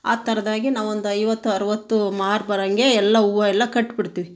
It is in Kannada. ಆ ಥರದಾಗೆ ನಾವು ಒಂದು ಐವತ್ತು ಅರವತ್ತು ಮಾರು ಬರೋಂಗೆ ಎಲ್ಲ ಹೂವು ಎಲ್ಲ ಕಟ್ಬಿಡ್ತೀವಿ